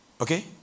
Okay